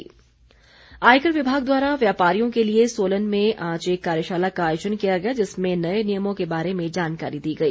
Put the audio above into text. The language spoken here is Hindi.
कार्यशाला आयकर विभाग द्वारा व्यापारियों के लिए सोलन में आज एक कार्यशाला का आयोजन किया गया जिसमें उन्हें नय नियमों के बारे में जानकारी दी गई